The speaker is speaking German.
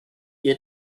ihr